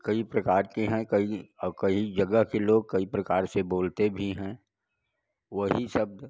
कई प्रकार के हैं कई और कई जगह के लोग कई प्रकार से बोलते भी हैं वही शब्द